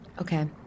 Okay